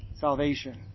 salvation